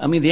i mean the